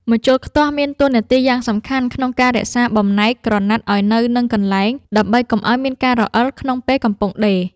ម្ជុលខ្ទាស់មានតួនាទីយ៉ាងសំខាន់ក្នុងការរក្សាបំណែកក្រណាត់ឱ្យនៅនឹងកន្លែង ដើម្បីកុំឱ្យមានការរអិលក្នុងពេលកំពុងដេរ។